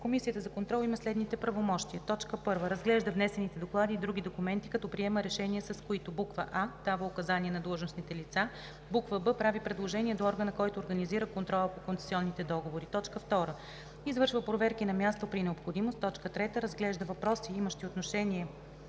Комисията за контрол има следните правомощия: 1. разглежда внесените доклади и други документи, като приема решения, с които: а) дава указания на длъжностните лица; б) прави предложения до органа, който организира контрола по концесионните договори; 2. извършва проверки на място при необходимост; 3. разглежда въпроси, имащи отношение